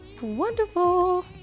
Wonderful